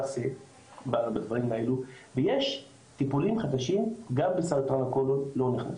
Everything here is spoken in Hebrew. ויש טיפולים חדשים גם לסרטן שלא נכנסו.